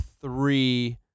three